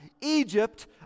egypt